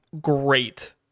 great